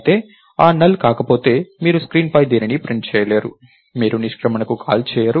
అయితే a NULL కాకపోతే మీరు స్క్రీన్పై దేనినీ ప్రింట్ చేయరు మీరు నిష్క్రమణకు కాల్ చేయరు